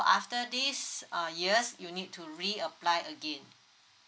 after this err years you need to reapply again